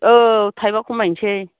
औ थाइबा खमायनोसै